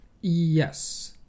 yes